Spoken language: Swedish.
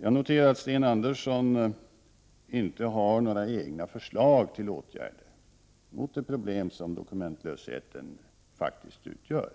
Jag noterade att Sten Andersson inte har några egna förslag till åtgärder mot det problem som dokumentlösheten faktiskt utgör.